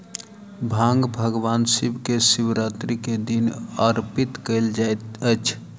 भांग भगवान शिव के शिवरात्रि के दिन अर्पित कयल जाइत अछि